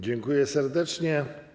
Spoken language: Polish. Dziękuję serdecznie.